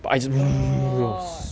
my god